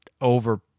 over